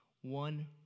one